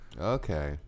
Okay